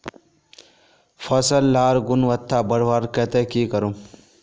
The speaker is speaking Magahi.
फसल लार गुणवत्ता बढ़वार केते की करूम?